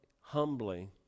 humbly